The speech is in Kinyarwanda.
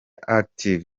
active